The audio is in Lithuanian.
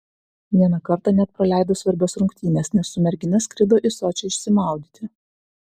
vieną kartą net praleido svarbias rungtynes nes su mergina skrido į sočį išsimaudyti